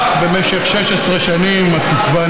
במשך שנים רבות,